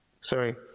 Sorry